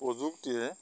প্ৰযুক্তিয়ে